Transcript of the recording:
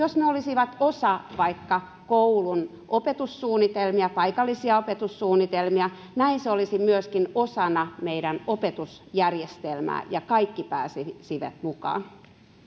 olisivat osa vaikka koulun opetussuunnitelmia paikallisia opetussuunnitelmia se olisi näin myöskin osana meidän opetusjärjestelmää ja kaikki pääsisivät mukaan